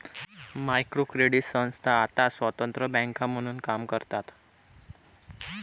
micro credit संस्था आता स्वतंत्र बँका म्हणून काम करतात